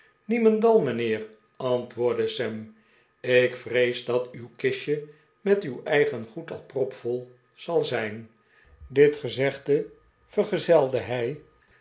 niemendal mijnheer antwoordde sam ik vrees dat uw kistje met uw eigen goed al prop vol zal zijn dit gezegde vergezelde hij